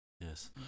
Yes